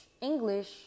English